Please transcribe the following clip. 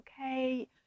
okay